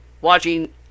Watching